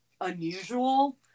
unusual